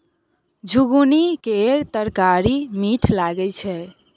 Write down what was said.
झिगुनी केर तरकारी मीठ लगई छै